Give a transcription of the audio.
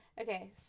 Okay